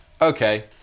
okay